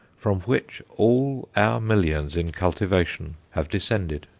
from which all our millions in cultivation have descended.